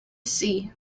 see